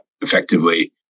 effectively